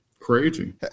Crazy